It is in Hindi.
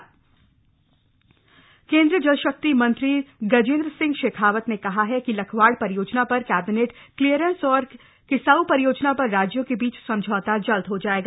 केंद्रीय जलशक्ति मंत्री कम्द्रीय जलशक्ति मंत्री गज़म्द्र सिंह श्राखावत न कहा है कि लखवाड़ परियोजना पर कैबिनप्ट क्लियरेंस और किसाऊ परियोजना पर राज्यों का बीच में समझौता जल्द हो जाएगा